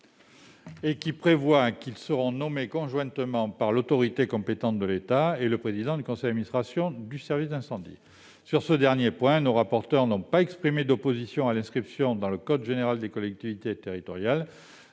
et qui prévoit qu'ils seront nommés conjointement par l'autorité compétente de l'État et le président du conseil administration du SDIS. Sur ce dernier point, nos rapporteurs n'ont pas exprimé d'opposition à l'inscription dans le code général des collectivités territoriales